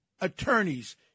attorneys